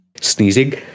Sneezing